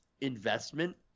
investment